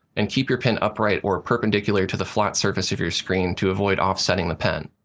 and keep your pen upright or perpendicular to the flat surface of your screen to avoid offsetting the pen.